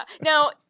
Now